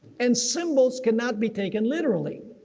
and symbols cannot be taken literally.